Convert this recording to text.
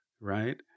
Right